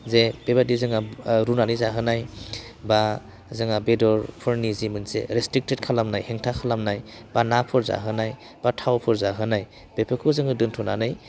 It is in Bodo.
जे बेबायदि जोंहा रुनानै जाहोनाय बा जोंहा बेदरफोरनि जि मोनसे रेस्ट्रिकटेड खालामनाय हेंथा खालामनाय बा नाफोर जाहोनाय बा थावफोर जाहोनाय बेफोरखौ जोङो दोन्थ'नानै